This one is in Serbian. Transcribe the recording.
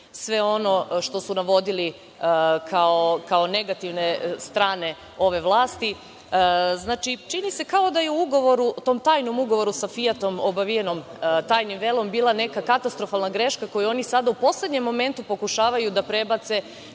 sve ono što su navodili kao negativne strane ove vlasti. Znači, čini se kao da je u tom tajnom ugovoru sa „Fijatom“, obavijenom tajnim velom, bila neka katastrofalna greška koju oni sada u poslednjem momentu pokušavaju da prebace